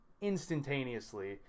instantaneously